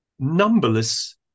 numberless